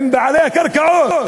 עם בעלי הקרקעות.